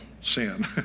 sin